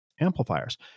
amplifiers